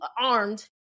armed